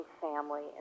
family